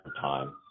time